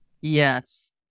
Yes